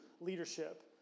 leadership